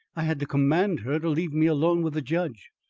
i had to command her to leave me alone with the judge.